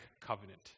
covenant